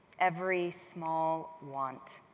every small want,